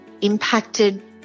impacted